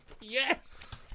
Yes